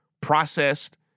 processed